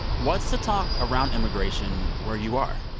what's the talk around immigration where you are?